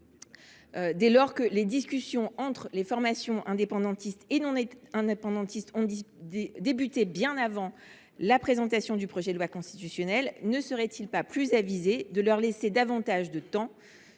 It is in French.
mesure où les discussions entre les formations indépendantistes et non indépendantistes ont débuté bien avant la présentation du projet de loi constitutionnelle, ne serait il pas plus avisé de leur laisser davantage de temps,